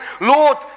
Lord